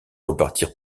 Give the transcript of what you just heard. repartir